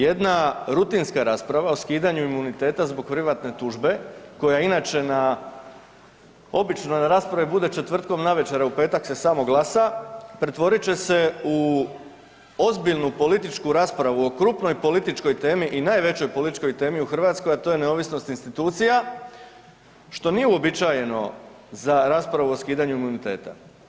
Jedna rutinska rasprava o skidanju imuniteta zbog privatne tužbe koja inače na, obično na raspravi bude četvrtkom navečer, a u petak se samo glasa, pretvorit će se u ozbiljnu političku raspravu o krupnoj političkoj temi i najvećoj političkoj temi u Hrvatskoj, a to je neovisnost institucija, što nije uobičajeno za raspravu o skidanju imuniteta.